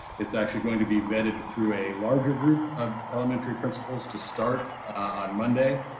it's actually going to be vetted through a larger group of elementary principals to start on monday,